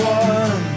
one